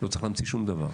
לא צריך להמציא שום דבר.